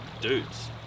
dudes